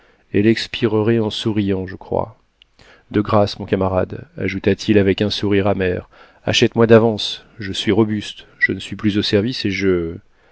elle expirerait en souriant je crois de grâce mon camarade ajouta-t-il avec un sourire amer achète-moi d'avance je suis robuste je ne suis plus au service et je